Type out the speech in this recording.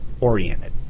oriented